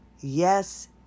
Yes